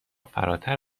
فراتر